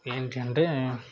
ఏంటంటే